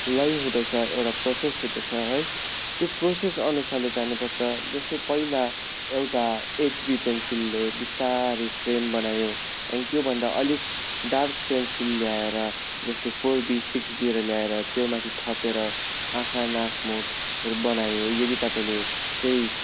लय हुँदछ एउटा प्रोसेस हुँदछ है त्यो प्रोसेस अनुसारले जानु पर्छ जस्तै पहिला एउटा एचबी पेन्सिलले बिस्तारी फ्रेम बनायो त्यहाँदेखि त्यो भन्दा अलिक डार्क पेन्सिल ल्याएर जस्तै फोर बी सिक्स बीहरू ल्याएर त्योमाथि थपेर आँखा नाक मुखहरू बनायो यदि तपाईँले केही